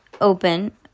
open